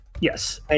Yes